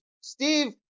Steve